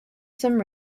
some